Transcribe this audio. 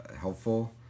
helpful